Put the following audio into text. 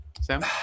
Sam